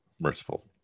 merciful